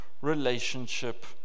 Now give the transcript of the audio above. relationship